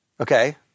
Okay